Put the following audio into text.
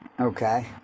Okay